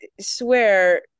swear